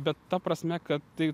bet ta prasme kad tai